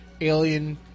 alien